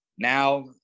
Now